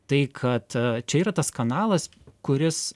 tai kad čia yra tas kanalas kuris